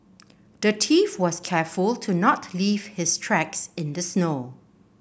the thief was careful to not leave his tracks in the snow